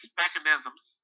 mechanisms